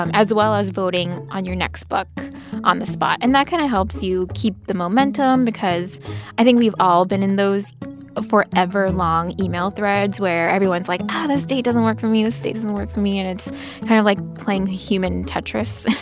um as well as voting on your next book on the spot. and that kind of helps you keep the momentum because i think we've all been in those forever long email threads where everyone's like, oh, ah this date doesn't work for me. this date doesn't work for me. and it's kind of like playing human tetris,